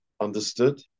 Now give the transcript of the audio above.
understood